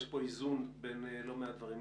יש פה איזון בין לא מעט דברים.